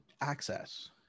access